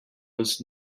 was